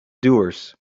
doers